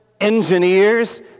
engineers